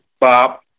Bob